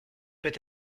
peut